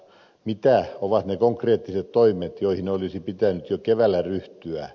mitä ovat ne konkreettiset toimet joihin olisi pitänyt jo keväällä ryhtyä